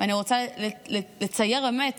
אני רוצה לצייר באמת